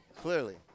Clearly